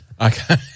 Okay